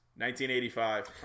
1985